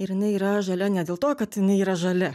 ir jinai yra žalia ne dėl to kad jinai yra žalia